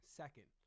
second